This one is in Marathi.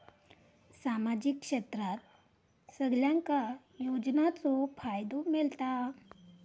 सामाजिक क्षेत्रात सगल्यांका योजनाचो फायदो मेलता?